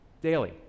daily